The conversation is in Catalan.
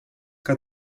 que